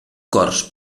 cors